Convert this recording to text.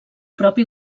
propi